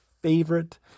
favorite